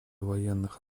военных